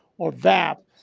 or vapp.